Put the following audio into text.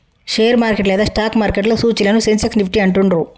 share market లేదా stock మార్కెట్లో సూచీలను సెన్సెక్స్, నిఫ్టీ అని అంటుండ్రు